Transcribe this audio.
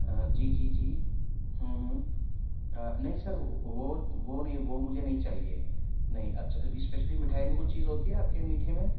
جی جی جی نہیں سر وہ وہ نہیں وہ مجھے نہیں چاہیے نہیں اچھا اسپیشلی مٹھائی میں کچھ چیز ہوتی ہے آپ کے میٹھے میں